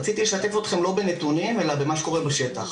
רציתי לשתף אתכם לא בנתונים אלא במה שקורה בשטח,